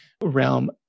realm